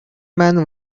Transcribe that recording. man